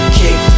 kick